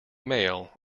mail